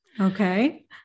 Okay